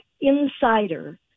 Insider